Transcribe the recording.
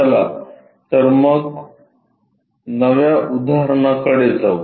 चला तर मग नव्या उदाहरणाकडे जाऊ